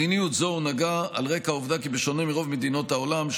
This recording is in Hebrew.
מדיניות זו הונהגה על רקע העובדה כי בשונה מרוב מדינות העולם,